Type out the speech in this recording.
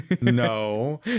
no